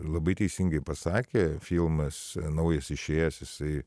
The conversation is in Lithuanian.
labai teisingai pasakė filmas naujas išėjęs jisai